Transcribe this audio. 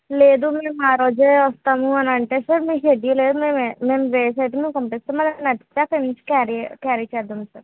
లేదు మేము ఆ రోజే వస్తాము అని అంటే సార్ మీ షెడ్యూల్ మేము మేము వేసి అయితే మేము పంపిస్తాము మళ్ళీ నచ్చితే అక్కడి నుంచి క్యారీ క్యారీ చేద్దాం సార్